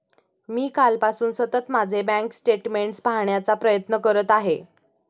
मी कालपासून सतत माझे बँक स्टेटमेंट्स पाहण्याचा प्रयत्न करत आहे